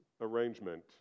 arrangement